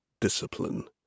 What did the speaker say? discipline